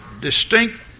distinct